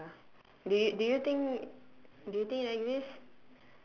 ya do you do you think do you think it exist